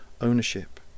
ownership